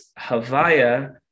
Havaya